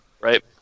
Right